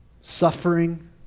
suffering